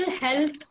health